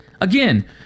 again